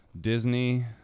Disney